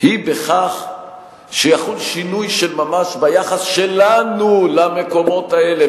היא בכך שיחול שינוי של ממש ביחס שלנו למקומות האלה,